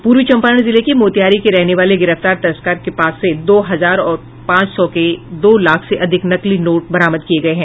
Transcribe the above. पूर्वी चंपारण जिले के मोतिहारी के रहने वाले गिरफ्तार तस्कर के पास से दो हजार और पांच सौ के दो लाख से अधिक नकली नोट बरामद किये गये हैं